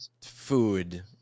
food